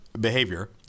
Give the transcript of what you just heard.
behavior